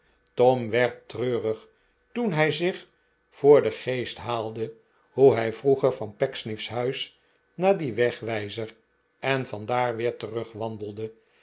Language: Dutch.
tom werd treurig toen hij zich voor den geest haalde hoe hij vroeger van pecksniff's huis naar dien wegwijzer en van daar weer